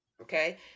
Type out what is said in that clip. okay